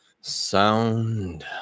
sound